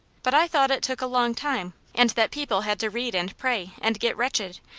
but i thought it took a long time, and that people had to read and pray, and get wretched,